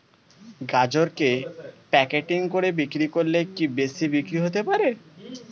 গাজরকে প্যাকেটিং করে বিক্রি করলে কি বেশি বিক্রি হতে পারে?